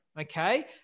okay